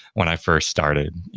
when i first started.